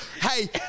Hey